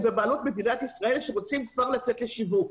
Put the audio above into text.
הוא בבעלות מדינת ישראל שרוצה כבר לצאת לשיווק.